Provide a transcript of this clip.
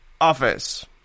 office